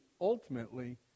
ultimately